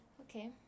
Okay